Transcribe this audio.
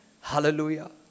Hallelujah